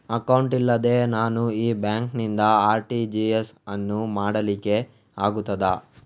Account ಇಲ್ಲದೆ ನಾನು ಈ ಬ್ಯಾಂಕ್ ನಿಂದ ಆರ್.ಟಿ.ಜಿ.ಎಸ್ ಯನ್ನು ಮಾಡ್ಲಿಕೆ ಆಗುತ್ತದ?